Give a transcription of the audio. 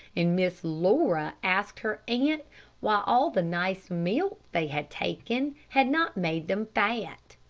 and miss laura asked her aunt why all the nice milk they had taken had not made them fat.